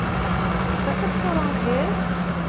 painting on them. but difficult on curves,